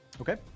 Okay